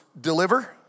Deliver